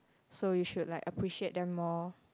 so you should like appreciate them more